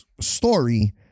story